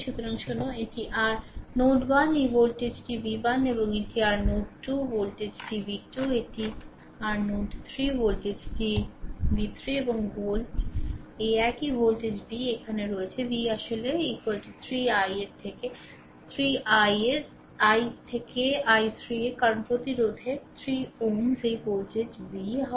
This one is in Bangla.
সুতরাং শোনো এটি r নোড 1 এই ভোল্টেজটি v1 এবং এটি r নোড 2 ভোল্টেজটি v2 এটি r নোড 3 ভোল্টেজটি v3 এবং ভোল্ট এই এক ভোল্টেজ V এখানে রয়েছে v আসলে 3 i র i থেকে i 3 এ কারণ প্রতিরোধের 3 Ω এই ভোল্টেজ v হয়